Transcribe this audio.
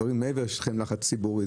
ומעבר לזה שיש לחץ ציבורי,